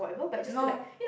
no